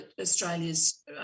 Australia's